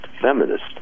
feminist